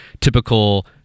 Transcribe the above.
typical